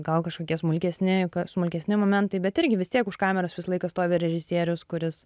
gal kažkokie smulkesni smulkesni momentai bet irgi vis tiek už kameros visą laiką stovi režisierius kuris